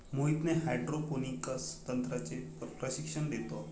Mohit hydroponics तंत्राचे प्रशिक्षण देतो